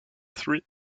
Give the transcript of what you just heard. three